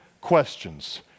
questions